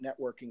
networking